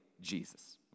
Jesus